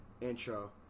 intro